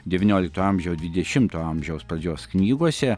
devyniolikto amžiaus dvidešimto amžiaus pradžios knygose